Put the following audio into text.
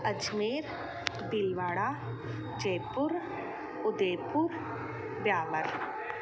Ajmer Bhilwara Jaipur Udaipur Beawar